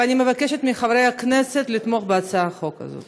אני מבקשת מחברי הכנסת לתמוך בהצעת החוק הזאת.